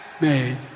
made